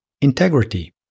integrity